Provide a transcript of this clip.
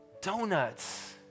donuts